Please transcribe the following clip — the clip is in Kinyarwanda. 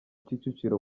kicukiro